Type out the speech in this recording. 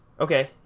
Okay